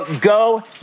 Go